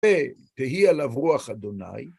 ותהי עליו רוח אדוניי.